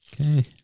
Okay